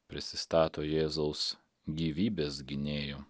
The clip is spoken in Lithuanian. prisistato jėzaus gyvybės gynėju